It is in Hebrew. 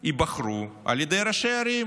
ייבחרו על ידי ראשי ערים,